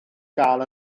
gael